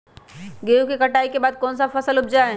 गेंहू के कटाई के बाद कौन सा फसल उप जाए?